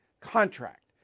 contract